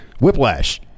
whiplash